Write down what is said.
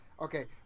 okay